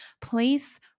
Place